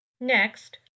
Next